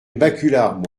baculard